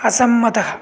असंमतः